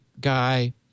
guy